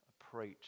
approach